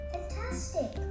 Fantastic